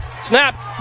Snap